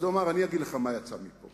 אז הוא אמר לי: אני אגיד לך מה יצא מפה: